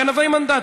גנבי מנדטים,